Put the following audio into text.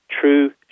true